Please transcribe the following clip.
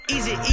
Easy